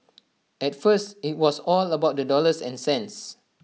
at first IT was all about the dollars and cents